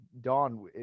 Don